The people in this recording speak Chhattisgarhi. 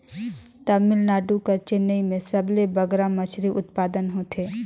तमिलनाडु कर चेन्नई में सबले बगरा मछरी उत्पादन होथे